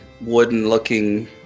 wooden-looking